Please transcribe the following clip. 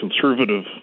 conservative